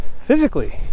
Physically